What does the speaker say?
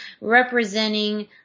representing